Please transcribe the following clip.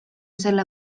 selle